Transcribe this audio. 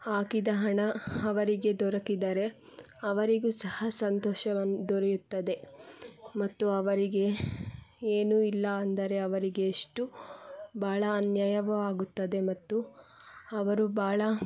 ಹಾಕಿದ ಹಣ ಅವರಿಗೆ ದೊರಕಿದರೆ ಅವರಿಗೂ ಸಹ ಸಂತೋಷವನ್ನು ದೊರೆಯುತ್ತದೆ ಮತ್ತು ಅವರಿಗೆ ಏನೂ ಇಲ್ಲ ಅಂದರೆ ಅವರಿಗೆ ಎಷ್ಟು ಭಾಳ ಅನ್ಯಾಯವಾಗುತ್ತದೆ ಮತ್ತು ಅವರು ಭಾಳ